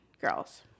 girls